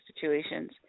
situations